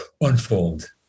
unfold